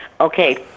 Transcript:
Okay